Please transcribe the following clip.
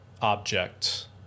object